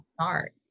start